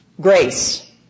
Grace